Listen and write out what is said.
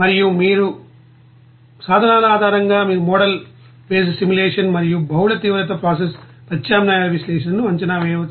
మరియు ఈ మీరు సాధనాల ఆధారంగా మీరు మోడల్ బేస్డ్ సిములేషన్ మరియు బహుళ తీవ్రత ప్రాసెస్ ప్రత్యామ్నాయాల విశ్లేషణను అంచనా వేయవచ్చు